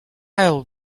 will